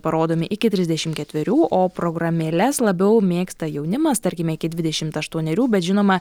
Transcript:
parodomi iki trisdešim ketverių o programėles labiau mėgsta jaunimas tarkime iki dvidešimt aštuonerių bet žinoma